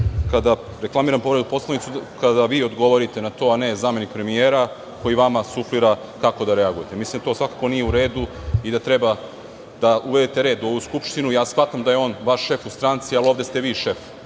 kada reklamiram povredu Poslovnika, vi odgovorite na to, a ne zamenik premijera, koji vama suflira kako da reagujete. Mislim da to svakako nije u redu i da treba da uvedete red u ovu Skupštinu. Shvatam da je on vaš šef u stranci, ali ovde ste vi šef